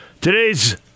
Today's